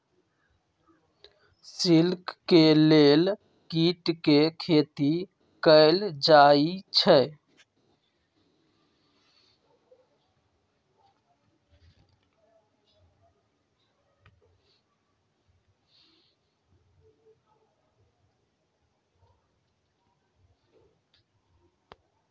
silk के लेल कीट के खेती कएल जाई छई